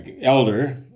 elder